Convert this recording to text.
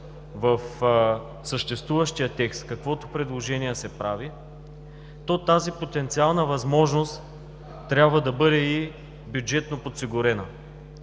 в съществуващия текст, каквото предложение се прави, то тази потенциална възможност трябва да бъде и бюджетно подсигурена.